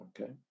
Okay